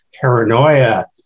paranoia